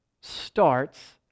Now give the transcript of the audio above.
starts